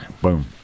Boom